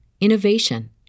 innovation